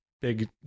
big